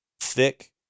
thick